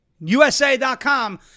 USA.com